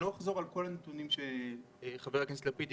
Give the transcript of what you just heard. לא אחזור על כל הנתונים עליהם דיבר חבר הכנסת לפיד,